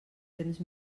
temps